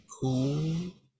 cool